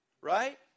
Right